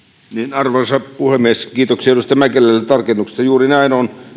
arvoisa puhemies kiitoksia edustaja mäkelälle tarkennuksesta juuri näin on